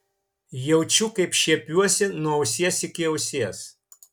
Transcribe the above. jaučiu kaip šiepiuosi nuo ausies iki ausies